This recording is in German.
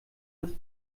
das